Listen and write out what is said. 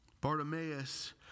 Bartimaeus